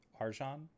Arjan